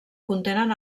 contenen